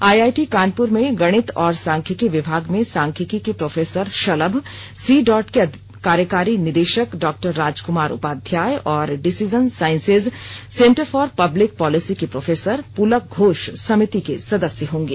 IIT Kanpur में गणित और सांख्यिकी विभाग में सांख्यिकी के प्रोफेसर शलभ सी डॉट के कार्यकारी निदेशक डॉक्टर राजक्मार उपाध्याय और decision sciences centre for public policy के प्रोफेसर पुलक घोष समिति के सदस्य होंगे